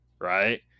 right